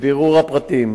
מבירור הפרטים